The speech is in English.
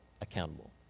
accountable